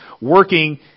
working